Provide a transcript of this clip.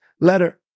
letter